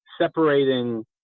separating